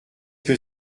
que